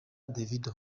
davido